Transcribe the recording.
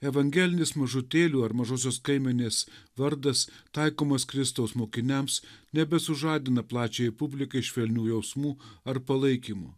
evangelinis mažutėlių ar mažosios kaimenės vardas taikomas kristaus mokiniams nebesužadina plačiajai publikai švelnių jausmų ar palaikymo